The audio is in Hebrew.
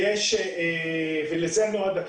ולזה נועדו